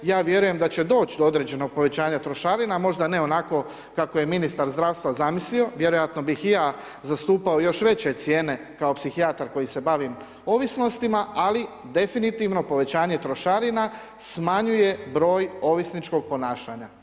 Ja vjerujem da će doći do određenog povećanja trošarina, možda ne onako kako je ministar zdravstva zamislio, vjerojatno bih i ja zastupao još veće cijene kao psihijatar koji se bavim ovisnostima ali definitivno povećanje trošarina smanjuje broj ovisničkog ponašanja.